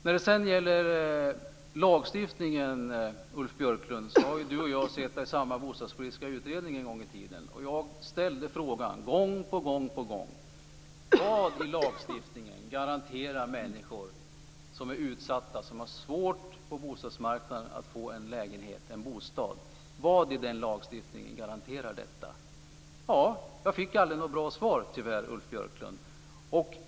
När det sedan gäller lagstiftningen, Ulf Björklund, har du och jag suttit i samma bostadspolitiska utredning en gång i tiden. Jag ställde frågan gång på gång: Kan lagstiftningen garantera människor som är utsatta och som har svårt på bostadsmarknaden att få en lägenhet, en bostad? Vad i den lagstiftningen garanterar detta? Jag fick tyvärr aldrig något bra svar, Ulf Björklund.